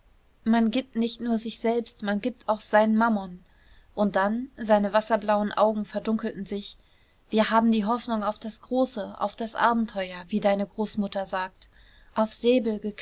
man gibt nicht nur sich selbst man gibt auch seinen mammon und dann seine wasserblauen augen verdunkelten sich wir haben die hoffnung auf das große auf das abenteuer wie deine großmutter sagt auf